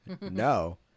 No